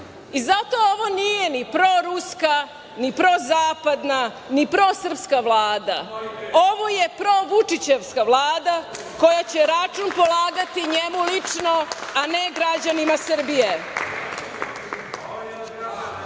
Zato ovo nije ni proruska, ni prozapadna, ni prosrpska vlada, ovo je pro Vučićeva vlada koja će račun polagati njemu lično, a ne građanima Srbije. Dakle,